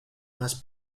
más